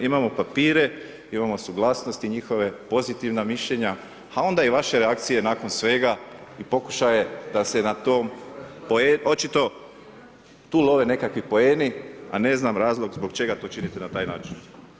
Imamo papire, imamo suglasnosti njihove, pozitivna mišljenja, a onda i vaše reakcije nakon svega i pokušaje da se na tom, očito tu love nekakvi poeni, a ne znam razlog zbog čega to činite na taj način?